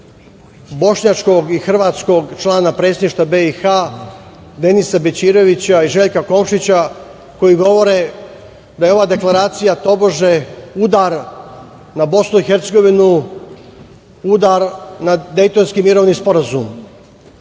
bošnjačkog i hrvatskog člana Predsedništva BiH, Denisa Bećirovića i Željka Komšića, koji govore da je ova Deklaracija tobože udar na Bosnu i Hercegovinu, udar na Dejtonski mirovni sporazum. Takođe,